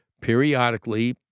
periodically